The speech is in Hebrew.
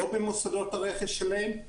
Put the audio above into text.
לא במוסדות הרכש שלהם,